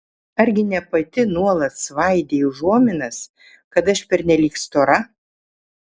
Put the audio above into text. argi ne pati nuolat svaidei užuominas kad aš pernelyg stora